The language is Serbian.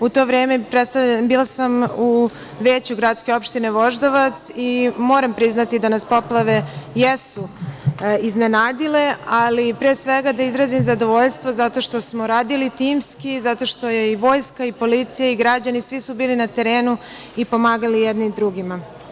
U to vreme bila sam u veću gradske opštine Voždovac i moram priznati da nas poplave jesu iznenadile, ali pre svega, da izrazim zadovoljstvo zato što smo radili timski, zato što je i Vojska i policija i građani, svi su bili na terenu i pomagali jedni drugima.